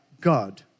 God